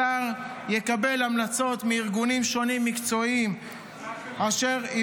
השר יקבל המלצות מארגונים מקצועיים שונים,